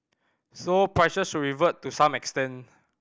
so prices should revert to some extent